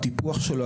הטיפוח שלו,